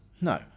No